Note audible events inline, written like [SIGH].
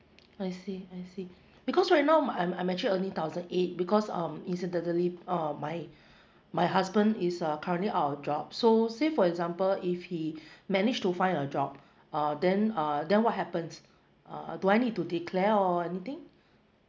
I see I see because right now I'm I'm actually earning thousand eight because um incidentally uh my my husband is uh currently out of job so say for example if he [BREATH] manage to find a job uh then uh then what happens uh uh do I need to declare or anything